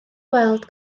gweld